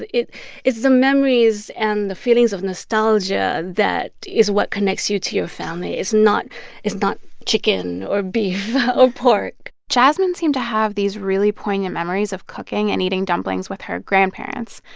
it is the memories and the feelings of nostalgia that is what connects you to your family it's not it's not chicken or beef or pork jasmine seemed to have these really poignant memories of cooking and eating dumplings with her grandparents.